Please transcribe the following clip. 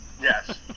Yes